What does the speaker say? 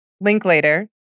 Linklater